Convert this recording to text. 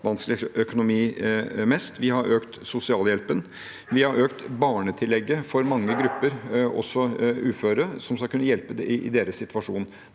økonomi. Vi har økt sosialhjelpen. Vi har økt barnetillegget for mange grupper, også uføre, som skal kunne hjelpe dem i deres situasjon.